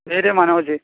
പേര് മനോജ്